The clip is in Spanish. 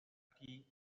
aquí